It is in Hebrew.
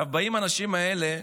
באים האנשים האלה